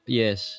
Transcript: yes